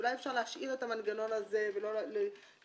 אולי אפשר להשאיר את המנגנון הזה ולא להתחיל